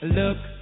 look